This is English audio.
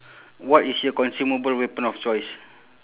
what is your consumable weapon of choice